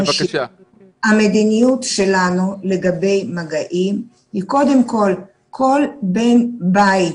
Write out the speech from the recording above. המדיניות שלנו לגבי מגעים היא קודם כל בן בית